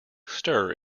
stir